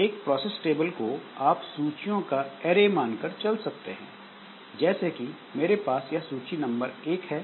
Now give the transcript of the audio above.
एक process table को आप सूचियों का अरे मान कर चल सकते हैं जैसे कि मेरे पास यह सूची नंबर 1 है